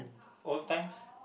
old times